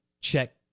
check